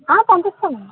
పంపిస్తాను మేడమ్